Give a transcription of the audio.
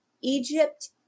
Egypt